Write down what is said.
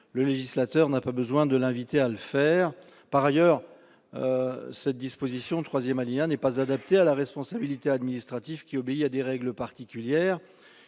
le législateur n'a pas besoin de l'inviter à le faire ... Par ailleurs, ce troisième alinéa n'est pas adapté à la responsabilité administrative, qui obéit à des règles particulières.